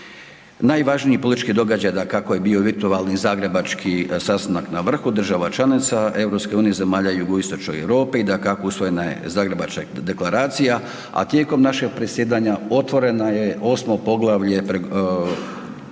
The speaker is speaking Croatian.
Najvažniji politički događaj dakako je bio virtualni zagrebački sastanak na vrhu država članica EU, zemalja jugoistočne Europe i dakako usvojena je zagrebačka deklaracija, a tijekom našeg predsjedanja otvorena je 8. poglavlje tržišnog